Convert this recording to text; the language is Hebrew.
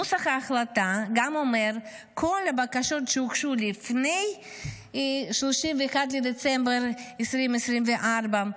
נוסח ההחלטה גם אומר שכל הבקשות שהוגשו לפני 31 בדצמבר 2024,